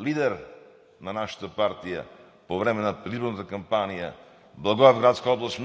лидер на нашата партия – по време на предизборната кампания, Благоевградска област